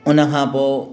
हुनखां पोइ